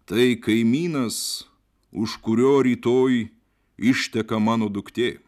tai kaimynas už kurio rytoj išteka mano duktė